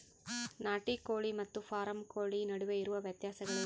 ನಾಟಿ ಕೋಳಿ ಮತ್ತು ಫಾರಂ ಕೋಳಿ ನಡುವೆ ಇರುವ ವ್ಯತ್ಯಾಸಗಳೇನು?